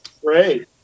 Great